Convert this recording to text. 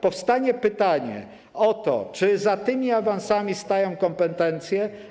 Powstaje pytanie, czy za tymi awansami stoją kompetencje.